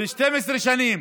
כל שבוע אתה עולה, אומר: תשמעו.